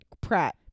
Pratt